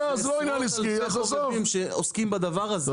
זה עשרות אלפי שעוסקים בדבר הזה.